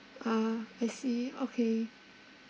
ah I see okay